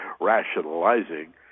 Rationalizing